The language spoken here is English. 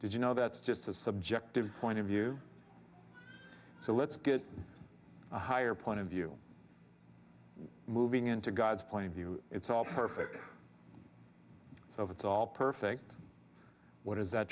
did you know that's just a subjective point of view so let's get a higher point of view moving into god's point of view it's all perfect so it's all perfect what does that